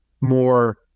more